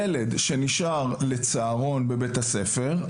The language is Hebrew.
ילד שנשאר לצהרון בבית הספר,